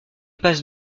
passe